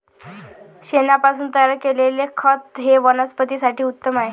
शेणापासून तयार केलेले खत हे वनस्पतीं साठी उत्तम आहे